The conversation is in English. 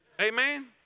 Amen